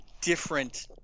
different